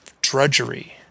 drudgery